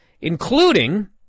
including